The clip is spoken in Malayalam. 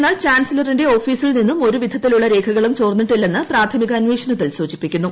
എന്നാൽ ചാൻസിലറിന്റെ ഓഫീസിൽ നിന്നും ഒരു വിധത്തിലുള്ള രേഖകളും ചോർന്നിട്ടില്ലെന്ന് പ്രാഥമിക സൂചിപ്പിക്കുന്നു